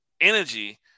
energy